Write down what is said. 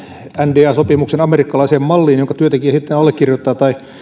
nda sopimuksen jonka työntekijä sitten allekirjoittaa tai